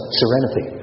serenity